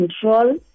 control